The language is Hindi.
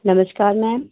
नमस्कार मैम